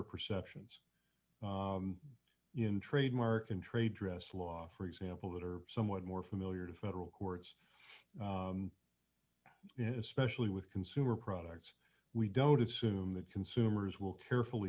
perceptions in trademark and trade dress law for example that are somewhat more familiar to federal courts especially with consumer products we don't assume that consumers will carefully